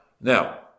now